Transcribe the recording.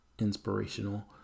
inspirational